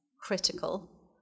critical